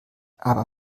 aber